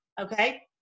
Okay